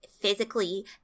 physically